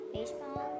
Baseball